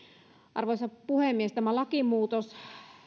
arvoisa puhemies tämä lakimuutos